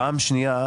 פעם שנייה,